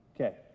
Okay